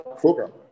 program